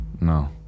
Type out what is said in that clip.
No